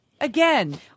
again